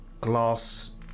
glass